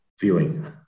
viewing